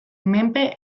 menpe